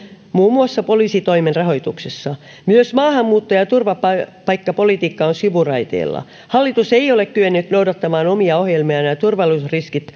muun muassa poliisitoimen rahoituksessa myös maahanmuutto ja turvapaikkapolitiikka ovat sivuraiteilla hallitus ei ole kyennyt noudattamaan omia ohjelmiaan ja ja turvallisuusriskit